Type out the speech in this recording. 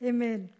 Amen